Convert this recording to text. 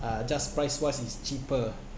uh just price wise is cheaper